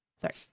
Sorry